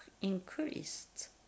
increased